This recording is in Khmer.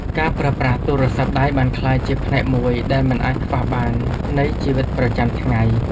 ការប្រើប្រាស់ទូរស័ព្ទដៃបានក្លាយជាផ្នែកមួយដែលមិនអាចខ្វះបាននៃជីវិតប្រចាំថ្ងៃ។